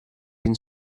been